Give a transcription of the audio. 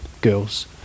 Girls